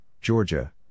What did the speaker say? Georgia